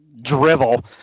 drivel